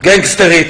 גנגסטרית